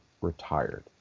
retired